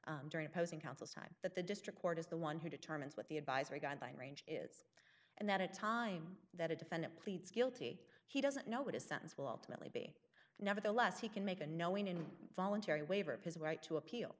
during opposing counsel time that the district court is the one who determines what the advisory guideline range is and that a time that a defendant pleads guilty he doesn't know what his sentence will ultimately be nevertheless he can make a knowing and voluntary waiver of his right to appeal